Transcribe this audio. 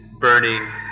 burning